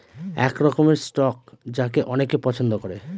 এক রকমের স্টক যাকে অনেকে পছন্দ করে